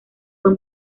fue